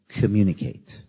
communicate